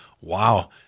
wow